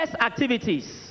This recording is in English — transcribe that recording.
activities